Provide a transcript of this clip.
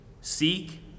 seek